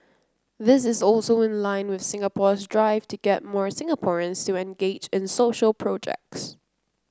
this is also in line with Singapore's drive to get more Singaporeans to engage in social projects